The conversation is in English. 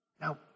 Now